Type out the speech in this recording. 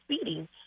speeding